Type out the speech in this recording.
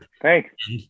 Thanks